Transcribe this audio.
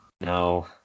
No